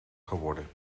geworden